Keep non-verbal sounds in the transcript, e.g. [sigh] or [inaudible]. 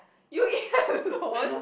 [noise] you eat alone